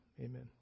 amen